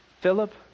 Philip